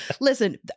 Listen